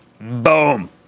boom